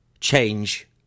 change